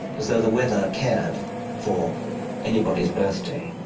as though the weather cared for anybody's birthday.